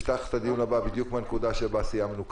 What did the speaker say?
בדיוק בנקודה שבה סיימנו כרגע,